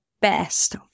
best